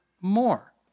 more